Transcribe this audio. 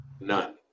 None